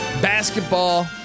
basketball